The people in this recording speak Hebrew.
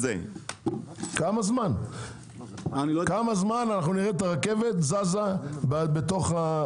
כמה זמן נראה את הרכבת זזה בנמלים?